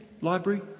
Library